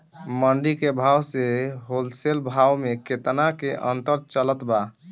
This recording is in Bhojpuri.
मंडी के भाव से होलसेल भाव मे केतना के अंतर चलत बा?